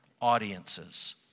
audiences